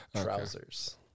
Trousers